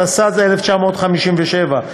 התשי"ז 1957,